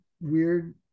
weird